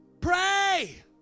Pray